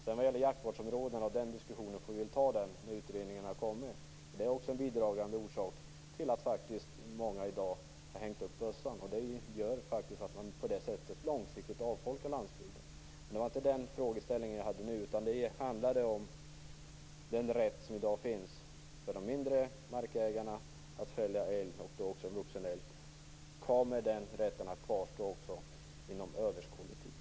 Diskussionen om jaktvårdsområden får vi väl ta när utredningen har kommit. Det är också en bidragande orsak till att många faktiskt har hängt upp bössan i dag. På det sättet avfolkar man faktiskt långsiktigt landsbygden. Men det var inte den frågeställningen jag hade nu. Det handlade om den rätt som i dag finns för de mindre markägarna att fälla älg, och då också vuxen älg. Kommer den rätten att kvarstå också inom överskådlig tid?